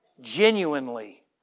genuinely